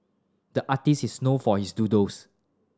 the artist is known for his doodles